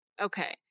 Okay